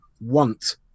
want